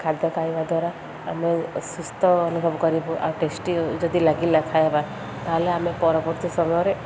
ଖାଦ୍ୟ ଖାଇବା ଦ୍ୱାରା ଆମେ ସୁସ୍ଥ ଅନୁଭବ କରିବୁ ଆଉ ଟେଷ୍ଟି ଯଦି ଲାଗିଲା ଖାଇବା ତାହେଲେ ଆମେ ପରବର୍ତ୍ତୀ ସମୟରେ